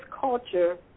culture